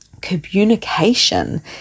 communication